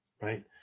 right